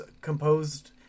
composed